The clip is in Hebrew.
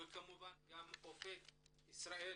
וכמובן גם אופק ישראלי